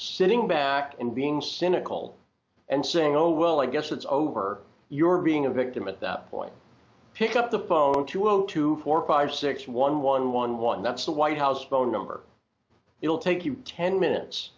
sitting back and being cynical and saying oh well i guess it's over your being a victim at that point pick up the phone to own two for choir six one one one one that's the white house phone number it will take you ten minutes